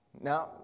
Now